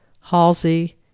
Halsey